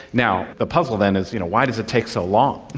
now, the puzzle then is you know why does it take so long?